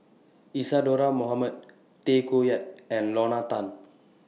Isadhora Mohamed Tay Koh Yat and Lorna Tan